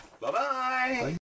Bye-bye